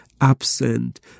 absent